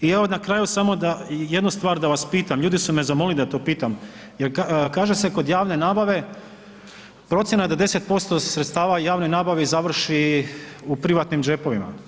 I evo na kraju samo da, jednu stvar da vas pitam, ljudi su me zamolili da to pitam jer kaže se kod javne nabave procjena je da 10% sredstava u javnoj nabavi završi u privatnim džepovima.